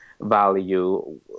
value